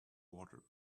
water